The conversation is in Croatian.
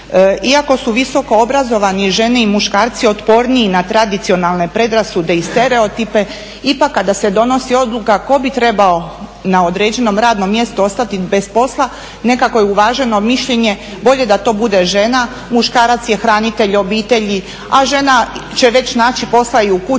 Iako su visoko obrazovani žene i muškarci otporniji na tradicionalne predrasude i stereotipe ipak kada se donosi odluka tko bi trebao na određenom radnom mjestu ostati bez posla nekako je uvaženo mišljenje bolje da to bude žena. Muškarac je hranitelj obitelji, a žena će već naći posla i u kući